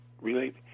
relate